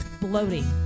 bloating